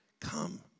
come